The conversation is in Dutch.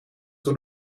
door